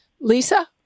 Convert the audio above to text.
Lisa